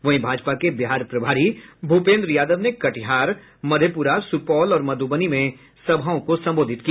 वहीं भाजपा के बिहार प्रभारी भूपेन्द्र यादव ने कटिहार मधेपुरा सुपौल और मधुबनी में सभाओं को संबोधित किया